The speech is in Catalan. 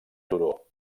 turó